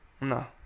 No